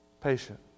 Patient